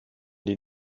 die